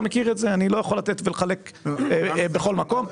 אני לא יכול לתת ולחלק בכל מקום,